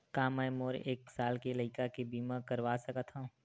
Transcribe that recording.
का मै मोर एक साल के लइका के बीमा करवा सकत हव?